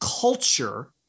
culture